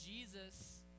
Jesus